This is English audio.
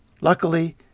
Luckily